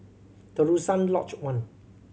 Terusan Lodge One